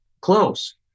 close